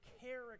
character